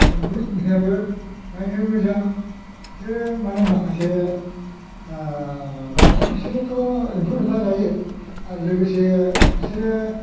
दावलुर होननायाबो नायनो मोजां बिसोरो मानो होनब्ला माखासे माबा बिसोरोथ' 'एम्फौ एनला जायो आरो लोगोसे बिसोरो